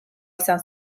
izan